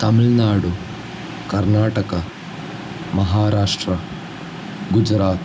Tamil Nadu Karnataka Maharashtra Gujarat